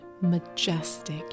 majestic